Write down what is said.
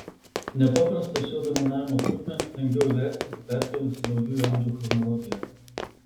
nepaprastą šio dominavimo trukmę lengviau įvertinti perkėlus į naujųjų amžių chronologiją